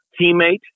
teammate